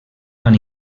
van